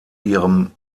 ihrem